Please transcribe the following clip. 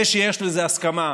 זה שיש לזה הסכמה,